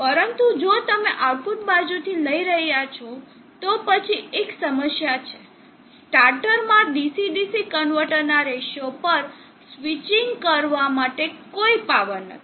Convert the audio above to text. પરંતુ જો તમે આઉટપુટ બાજુથી લઈ રહ્યા છો તો પછી એક સમસ્યા છે સ્ટાર્ટરમાં DC DC કન્વર્ટરના સ્વીચો પર સ્વિચીંગ કરવા માટે કોઈ પાવર નથી